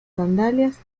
sandalias